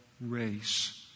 race